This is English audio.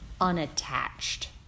unattached